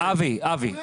אין לה סימוכין,